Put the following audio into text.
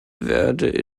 werde